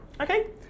Okay